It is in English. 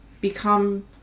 become